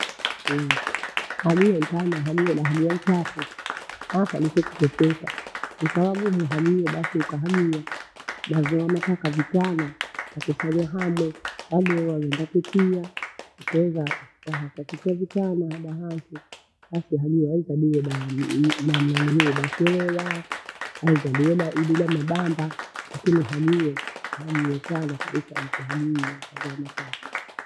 hadio hotana hamie dahamio nsafe sasa nesikupepeta. Nikawage nihamie basi ukahamie dazunuuko ukavitana. Hakosele hamwe hanuo wawenda kutia ukeova waha kwakikwe vitano wadahanke. Basi tehuo wahesabiwe daah ni- nihunuliwe daselewaa hai taleweda idida mibamba hakini hulio haniwetana kolesa lake hemio kolenitaka.